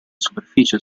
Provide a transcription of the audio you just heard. superficie